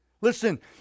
Listen